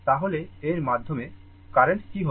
তাহলে এর মাধ্যমে কারেন্ট কী হবে